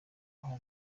aho